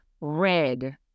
red